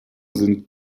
sind